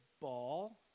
ball